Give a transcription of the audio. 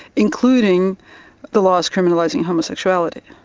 including the laws criminalising homosexuality.